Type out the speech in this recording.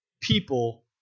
people